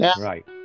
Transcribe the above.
Right